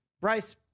Bryce